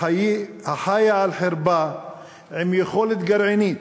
החיה על חרבה עם יכולת גרעינית,